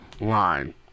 line